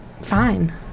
Fine